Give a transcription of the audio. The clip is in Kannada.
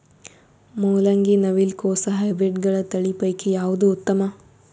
ಮೊಲಂಗಿ, ನವಿಲು ಕೊಸ ಹೈಬ್ರಿಡ್ಗಳ ತಳಿ ಪೈಕಿ ಯಾವದು ಉತ್ತಮ?